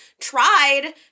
tried